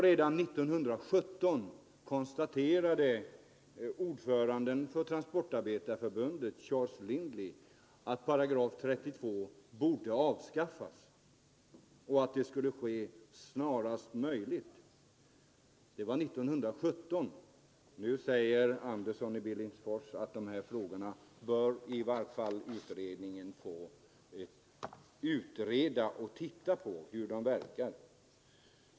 Redan 1917 konstaterade ordföranden i Transportarbetareförbundet, Charles Lindley, att § 32 borde avskaffas snarast möjligt. Nu säger herr Andersson i Billingsfors att utredningen i varje fall bör få utreda dessa frågor och se vilka verkningarna är.